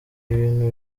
ibintu